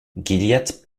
gilliatt